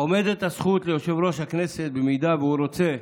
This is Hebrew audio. עומדת הזכות ליושב-ראש הכנסת, אם הוא רוצה,